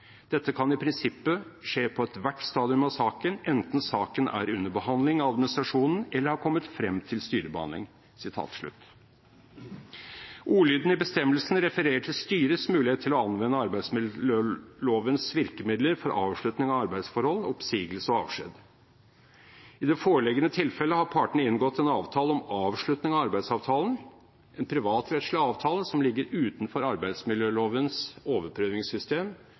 Dette kan i prinsippet skje på ethvert stadium av saken, enten saken er under behandling av administrasjonen eller har kommet frem til styrebehandling.» Ordlyden i bestemmelsen refererer til styrets mulighet til å anvende arbeidsmiljølovens virkemidler for avslutning av arbeidsforhold, oppsigelse og avskjed. I det foreliggende tilfellet har partene inngått en avtale om avslutning av arbeidsavtalen, en privatrettslig avtale som ligger utenfor arbeidsmiljølovens overprøvingssystem.